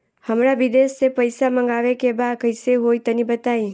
हमरा विदेश से पईसा मंगावे के बा कइसे होई तनि बताई?